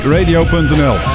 Radio.nl